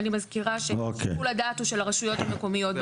אני מזכירה ששיקול הדעת בנושאים האלה הוא של הרשויות המקומיות.